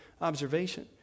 observation